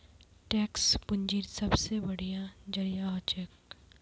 tax पूंजीर सबसे बढ़िया जरिया हछेक